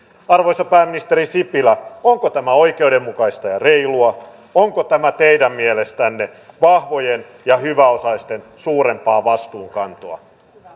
arvoisa pääministeri sipilä onko tämä oikeudenmukaista ja reilua onko tämä teidän mielestänne vahvojen ja hyväosaisten suurempaa vastuunkantoa